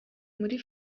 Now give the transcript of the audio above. muri